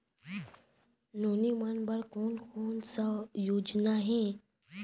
नोनी मन बर कोन कोन स योजना हे?